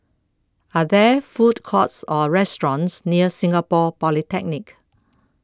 Are There Food Courts Or restaurants near Singapore Polytechnic